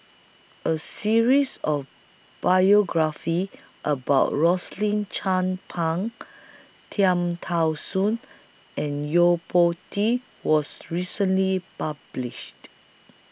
A series of biographies about Rosaline Chan Pang Cham Tao Soon and Yo Po Tee was recently published